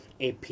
AP